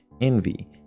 envy